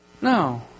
No